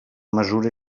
mesura